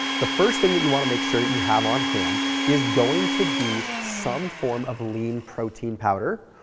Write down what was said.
the first thing that you want to make sure that you have on hand is going to be some form of lean protein powder,